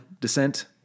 descent